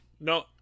No